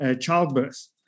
childbirth